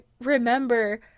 remember